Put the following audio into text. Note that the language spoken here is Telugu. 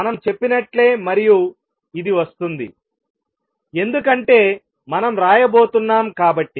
మనం చెప్పినట్లే మరియు ఇది వస్తుంది ఎందుకంటే మనం రాయబోతున్నాము కాబట్టి